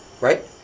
right